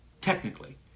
technically